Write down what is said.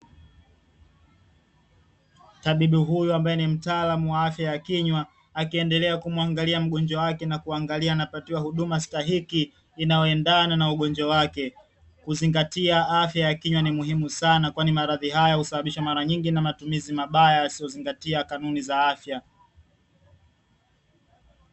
Tabibu huyu ambaye ni mtaalamu wa afya ya kinywa akiendelea kumwangalia mgonjwa wake na kuangalia anapatiwa huduma stahiki inayoendana na ugonjwa wake. Kuzingatia afya ya kinywa ni muhimu sana kwani maradhi hayo husabishwa mara nyingi na matumizi mabaya yasiyozingatia kanuni za afya.